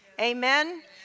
Amen